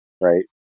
right